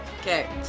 Okay